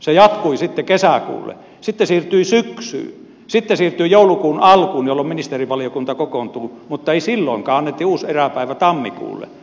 se jatkui sitten kesäkuulle sitten siirtyi syksyyn sitten siirtyi joulukuun alkuun jolloin ministerivaliokunta kokoontui mutta ei silloinkaan annettiin uusi eräpäivä tammikuulle